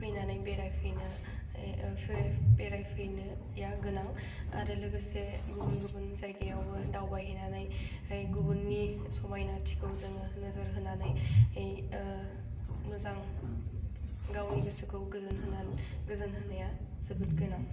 फैनानै बेरायफैनो बेराय बेरायफैनोया गोनां आरो लोगोसे गुबुन गुबुन जायगायावबो दावबायहैनानै गुबुननि समाइनाथिखौ जोङो नोजोर होनानै मोजां गावनि गोसोखौ गोजोन होना गोजोन होनाया जोबोद गोनां